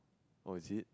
oh is it